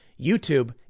YouTube